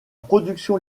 production